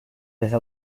desde